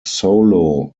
solo